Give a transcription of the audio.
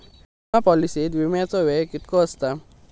विमा पॉलिसीत विमाचो वेळ कीतको आसता?